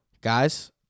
Guys